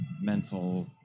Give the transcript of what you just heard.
mental